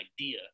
idea